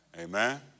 Amen